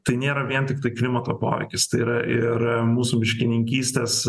tai nėra vien tiktai klimato poveikis tai yra ir mūsų miškininkystės